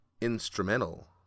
instrumental